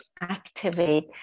activate